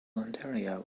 ontario